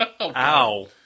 Ow